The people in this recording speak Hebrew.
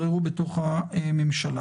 זה משהו אחר.